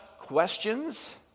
questions